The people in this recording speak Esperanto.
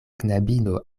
knabino